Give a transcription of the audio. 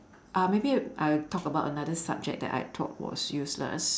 uh maybe I will talk about another subject that I thought was useless